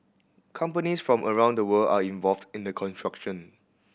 companies from around the world are involved in the construction